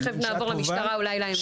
תיכף נעבור למשטרה אולי להם יש.